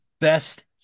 best